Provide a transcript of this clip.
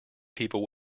people